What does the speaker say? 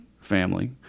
family